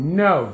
no